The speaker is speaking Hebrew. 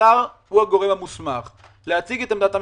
השר הוא הגורם המוסמך להציג את עמדת הממשלה.